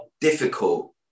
difficult